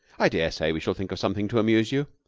i daresay we shall think of something to amuse you.